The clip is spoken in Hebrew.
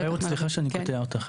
רעות סליחה שאני קוטע אותך,